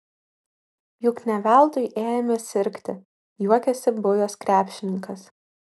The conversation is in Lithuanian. juk ne veltui ėjome sirgti juokėsi buvęs krepšininkas